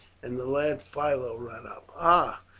and the lad philo ran up. ah,